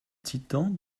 titans